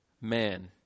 man